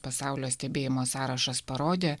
pasaulio stebėjimo sąrašas parodė